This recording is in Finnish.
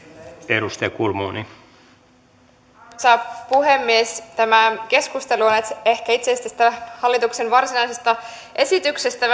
arvoisa puhemies tämä keskustelu itse asiassa on vähän siirtynyt tästä hallituksen varsinaisesta esityksestä